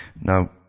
Now